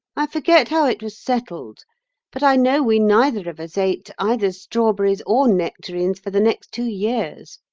i forget how it was settled but i know we neither of us ate either strawberries or nectarines for the next two years.